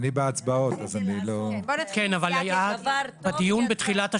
בדיון בתחילת השבוע,